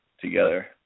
together